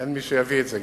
אין מי שיביא את זה.